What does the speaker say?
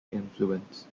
influence